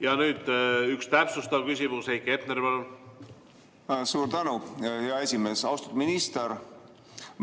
Ja nüüd üks täpsustav küsimus. Heiki Hepner, palun! Suur tänu, hea esimees! Austatud minister!